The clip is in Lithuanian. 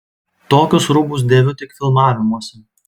tokius rūbus dėviu tik filmavimuose